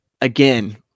Again